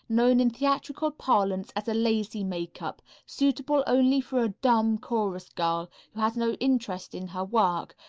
known in theatrical parlance as a lazy makeup, suitable only for a dumb chorus girl who has no interest in her work,